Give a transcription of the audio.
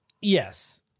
Yes